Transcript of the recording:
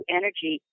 energy